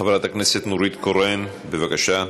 חברת הכנסת נורית קורן, בבקשה.